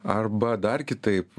arba dar kitaip